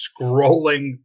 scrolling